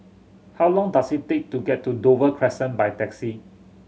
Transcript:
how long does it take to get to Dover Crescent by taxi